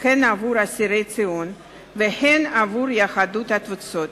הן עבור אסירי ציון והן עבור יהדות התפוצות.